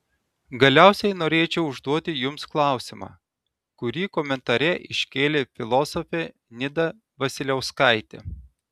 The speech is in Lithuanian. galiausiai norėčiau užduoti jums klausimą kurį komentare iškėlė filosofė nida vasiliauskaitė